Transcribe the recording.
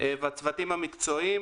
והצוותים המקצועיים,